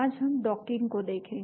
आज हम डॉकिंग को देखेंगे